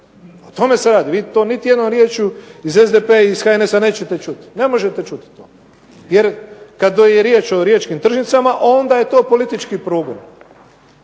o tome se radi. Vi niti jednom riječju iz SDP-a i HNS-a nećete čuti. Ne možete čuti to. Jer kada je riječ o Riječkim tržnicama, onda je to politički progon,